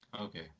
Okay